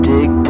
Dig